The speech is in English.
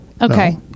okay